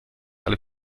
alle